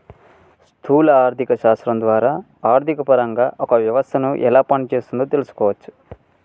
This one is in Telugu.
స్థూల ఆర్థిక శాస్త్రం ద్వారా ఆర్థికపరంగా ఒక వ్యవస్థను ఎలా పనిచేస్తోందో తెలుసుకోవచ్చు